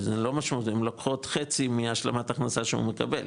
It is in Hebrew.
הן לוקחות חצי מהשלמת השלמה שהוא מקבל,